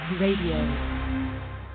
Radio